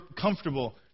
comfortable